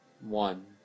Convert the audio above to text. one